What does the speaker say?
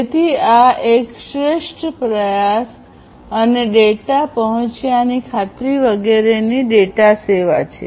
તેથી આ એક શ્રેષ્ઠ પ્રયાસ અને ડેટા પહોંચ્યા ની ખાતરી વગરની ડેટા સેવા છે